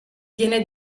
viene